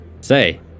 Say